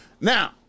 Now